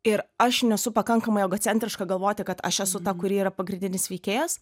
ir aš nesu pakankamai egocentriška galvoti kad aš esu ta kuri yra pagrindinis veikėjas